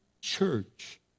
church